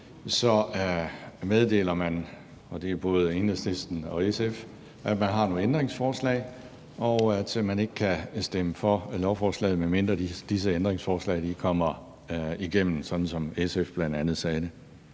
meddeler man – og det er både Enhedslisten og SF – at man har nogle ændringsforslag, og at man ikke kan stemme for lovforslaget, medmindre disse ændringsforslag kommer igennem, sådan som SF bl.a. sagde det.